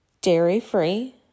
dairy-free